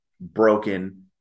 broken